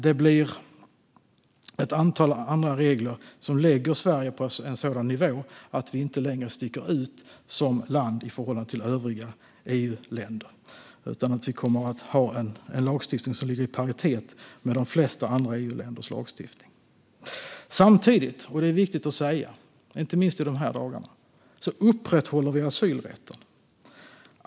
Det blir ett antal andra regler som lägger Sverige på en sådan nivå att vi inte längre sticker ut som land i förhållande till övriga EU-länder. Vi kommer att ha en lagstiftning som är i paritet med de flesta andra EU-länders lagstiftning. Samtidigt - och det är viktigt att säga, inte minst i dessa dagar - upprätthåller vi asylrätten.